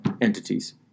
entities